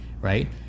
right